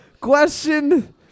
Question